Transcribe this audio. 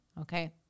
Okay